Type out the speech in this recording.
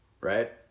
right